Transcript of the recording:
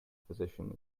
physician